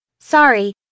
Sorry